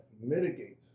mitigate